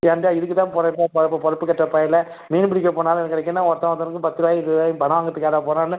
ஏண்டா இதுக்கு தான் போகிற பொழப்பு பொழப்புக் கெட்ட பயலே மீன் பிடிக்கப் போனாலும் இவங்களுக்கென்ன ஒருத்த ஒருத்தனுக்கும் பத்து ரூபாயும் இருபது ரூபாயும் பணம் வாங்குறதுக்காடா போகிறன்னு